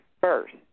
first